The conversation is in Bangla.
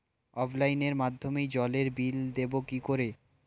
অফলাইনে মাধ্যমেই জলের বিল দেবো কি করে?